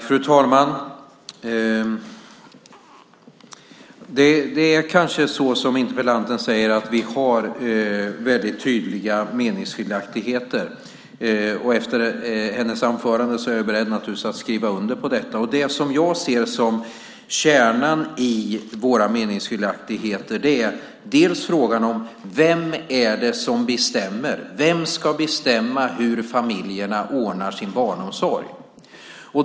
Fru talman! Det är kanske så som interpellanten säger, att det finns väldigt tydliga meningsskiljaktigheter mellan oss. Efter hennes inlägg här är jag naturligtvis beredd att skriva under på det. Det jag ser som kärnan i våra meningsskiljaktigheter är först och främst frågan om vem som bestämmer. Vem ska bestämma hur familjerna ordnar sin barnomsorg?